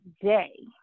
day